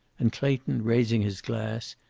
and clayton, raising his glass,